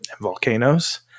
volcanoes